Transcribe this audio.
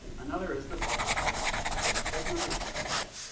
another is to falsify impact factors. those numbers are just made up.